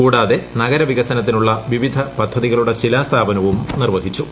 കൂടാതെ നഗരവികസനത്തിനുള്ള വിവിധ പദ്ധതികളുടെ ശിലാസ്ഥാപനവും നിർവ്വഹിച്ചു